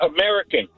American